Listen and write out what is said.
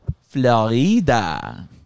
Florida